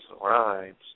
rhymes